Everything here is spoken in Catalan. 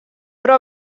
però